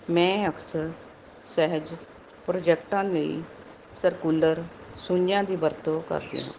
ਮੈਂ ਅਕਸਰ ਸਹਿਜ ਪ੍ਰੋਜੈਕਟਾਂ ਲਈ ਸਰਕੂਲਰ ਸੂਈਆਂ ਦੀ ਵਰਤੋਂ ਕਰਦੀ ਹਾਂ